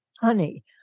Honey